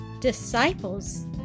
disciples